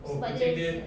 sebab dia s~